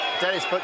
dennis